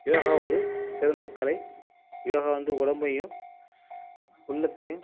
யோகா ஒரு சிறந்த கலை யோகா வந்து உடம்பையும் உள்ளத்தையும்